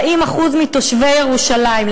40% מתושבי ירושלים,